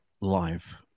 live